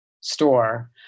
store